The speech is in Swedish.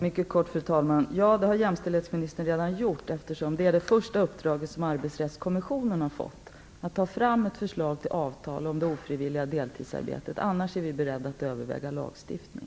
Fru talman! Ja, det har jämställdhetsministern redan gjort, eftersom det första uppdrag som Arbetsrättskommissionen har fått är att ta fram ett förslag till avtal om det ofrivilliga deltidsarbetet. I annat fall är vi beredda att överväga lagstiftning.